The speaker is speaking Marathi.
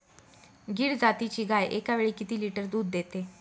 गीर जातीची गाय एकावेळी किती लिटर दूध देते?